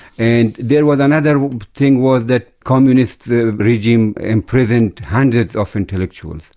and there was another thing was that communist regime imprisoned hundreds of intellectuals,